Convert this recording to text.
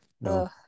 no